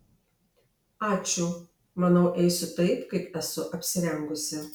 ačiū manau eisiu taip kaip esu apsirengusi